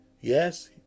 Yes